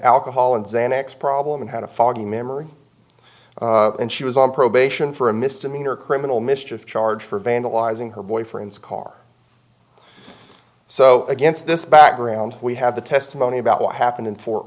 xanax problem and had a foggy memory and she was on probation for a misdemeanor criminal mischief charge for vandalizing her boyfriend's car so against this background we have the testimony about what happened in fort